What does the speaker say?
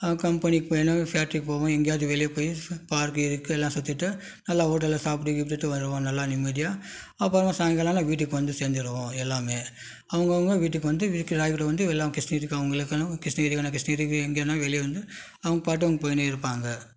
கம்பெனிக்கு போ இல்லைனா ஃபேக்ட்ரிக்கு போவோம் எங்கையாச்சும் வெளியே போய் சு பார்க்கு கீர்க்கு எல்லாம் சுற்றிட்டு நல்லா ஹோட்டலில் சாப்பிட்டு கீப்பிட்டுட்டு வருவோம் நல்லா நிம்மதியாக அப்புறோம் சாயங்காலம் ஆனால் வீட்டுக்கு வந்து சேர்ந்துருவோம் எல்லாமே அவங்கவுங்க வீட்டுக்கு வந்து வீட்டில் எல்லா வந்து எல்லா கிருஷ்ணகிரிக்கு அவங்கள்லாம் கிருஷ்ணகிரின்னா கிருஷ்ணகிரிக்கு அங்கே இல்லைனா வெளியே வந்து அவங்க பாட்டு அவங்க போய்னே இருப்பாங்க